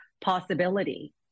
possibility